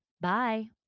Bye